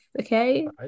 Okay